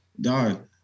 dog